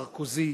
סרקוזי,